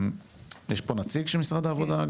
יש פה נציג של משרד העבודה?